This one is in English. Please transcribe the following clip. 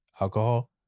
Alcohol